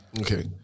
Okay